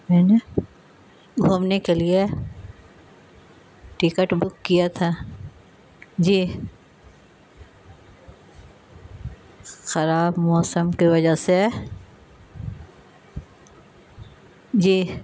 میں نے گھومنے کے لیے ٹکٹ بک کیا تھا جی خراب موسم کی وجہ سے جی